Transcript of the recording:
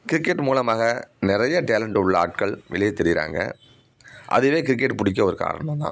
cricket மூலமாக நிறைய talent உள்ள ஆட்கள் வெளியே தெரிகிறாங்க அதுவே கிரிக்கெட் பிடிக்க ஒரு காரணம் தான்